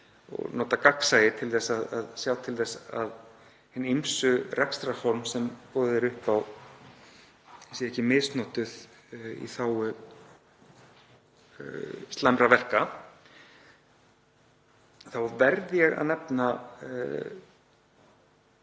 og nota gagnsæi til að sjá til þess að hin ýmsu rekstrarform sem boðið er upp á séu ekki misnotuð í þágu slæmra verka. Þá verð ég að nefna